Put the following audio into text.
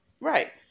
right